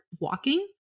walking